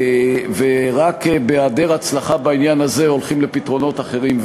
ורק בהיעדר הצלחה בעניין הזה הולכים לפתרונות אחרים,